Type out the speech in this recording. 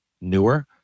newer